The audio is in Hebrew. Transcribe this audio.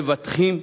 מבטחים,